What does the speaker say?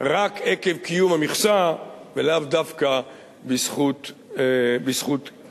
רק עקב קיום המכסה ולאו דווקא בזכות כישוריהם.